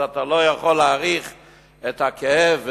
אתה לא יכול להעריך את הכאב,